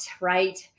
right